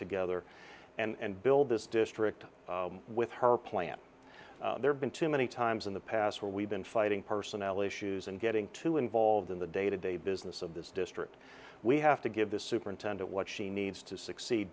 together and build this district with her plan there have been too many times in the past where we've been fighting personnel issues and getting too involved in the day to day business of this district we have to give the superintendent what she needs to succeed